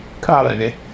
colony